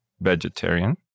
vegetarian